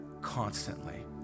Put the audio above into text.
constantly